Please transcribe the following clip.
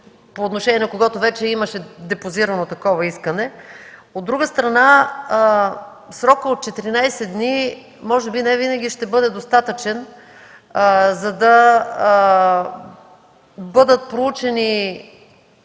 по отношение на когото вече имаше депозирано такова искане. От друга страна срокът от 14 дни може би не винаги ще бъде достатъчен, за да бъдат проучени